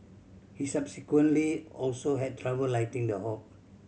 he subsequently also had trouble lighting the hob